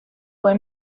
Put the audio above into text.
fue